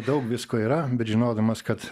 daug visko yra bet žinodamas kad